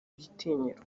igitinyiro